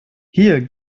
hier